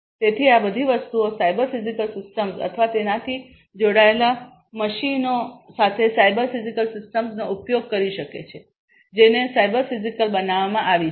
તેથી આ બધી વસ્તુઓ સાયબર ફિઝિકલ સિસ્ટમ્સ અથવા તેનાથી જોડાયેલ મશીનો સાથે સાયબર ફિઝિકલ સિસ્ટમ્સનો ઉપયોગ કરી શકાય છે જેને સાયબર ફિઝિકલ બનાવવામાં આવી છે